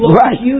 right